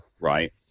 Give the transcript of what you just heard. right